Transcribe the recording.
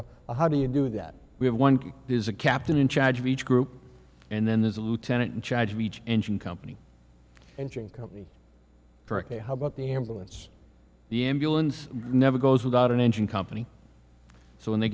one how do you do that we have one is a captain in charge of each group and then there's a lieutenant in charge of each engine company engine company directly how about the ambulance the ambulance never goes without an engine company so when they